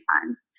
times